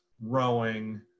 rowing